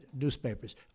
newspapers